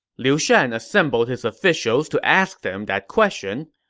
liu shan assembled his officials to ask them that question.